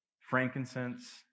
frankincense